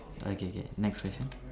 uh K K next question